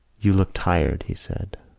you looked tired, he said.